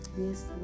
yes